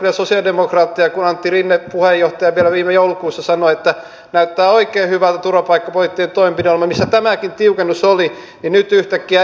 ja täytyy ihmetellä kyllä sosialidemokraatteja kun antti rinne puheenjohtaja vielä viime joulukuussa sanoi että näyttää oikein hyvältä turvapaikkapoliittinen toimenpideohjelma missä tämäkin tiukennus oli ja nyt yhtäkkiä ei sitten enää kelpaakaan